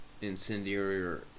incendiary